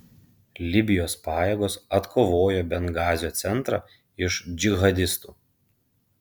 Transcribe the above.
libijos pajėgos atkovojo bengazio centrą iš džihadistų